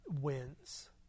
wins